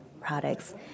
products